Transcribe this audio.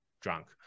drunk